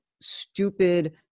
stupid